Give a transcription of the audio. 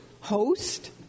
host